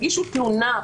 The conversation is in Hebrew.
הגישו תלונה,